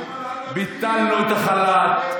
מה עם העלאת המחירים,